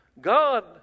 God